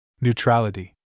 Neutrality